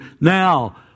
now